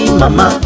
mama